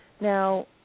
Now